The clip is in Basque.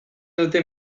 duten